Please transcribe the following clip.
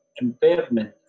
impairment